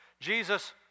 Jesus